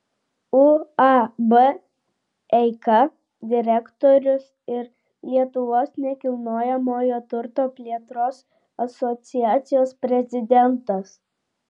uab eika direktorius ir lietuvos nekilnojamojo turto plėtros asociacijos prezidentas